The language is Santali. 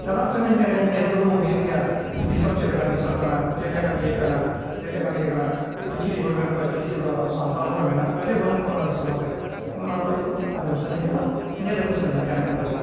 ᱪᱟᱞᱟᱜ ᱥᱟᱱᱟᱧ ᱠᱟᱱ ᱜᱮᱭᱟ ᱧᱮᱞ ᱟᱹᱜᱩᱢᱟ ᱦᱩᱭᱩᱜ ᱜᱮᱭᱟ ᱫᱤᱥᱚᱢ ᱪᱮᱫ ᱞᱮᱠᱟᱱ ᱫᱤᱥᱚᱢ ᱠᱟᱱᱟ ᱪᱮᱫ ᱞᱮᱠᱟᱱ ᱤᱭᱟᱹ ᱠᱟᱱᱟ ᱪᱮᱫ ᱞᱮᱠᱟᱱ ᱤᱭᱟᱹ ᱠᱟᱱᱟ ᱪᱤᱞᱤ ᱪᱤᱞᱤ ᱦᱚᱲ ᱢᱮᱱᱟᱜ ᱠᱚᱣᱟ ᱪᱤᱞᱤ ᱪᱤᱞᱤ ᱟᱵᱚ ᱥᱟᱱᱛᱟᱲ ᱦᱚᱲ ᱢᱮᱱᱟᱜ ᱠᱚᱣᱟ ᱥᱮ ᱵᱟᱹᱱᱩᱜ ᱠᱚᱣᱟ ᱚᱱᱟ ᱫᱤᱥᱚᱢ ᱨᱮ ᱚᱱᱟ ᱠᱚᱫᱚ ᱟᱸᱡᱚᱢ ᱥᱟᱱᱟᱧ ᱠᱟᱱᱟ ᱧᱮᱞ ᱟᱹᱜᱩ ᱥᱟᱱᱟᱧ ᱠᱟᱱᱟ ᱤᱧᱫᱚ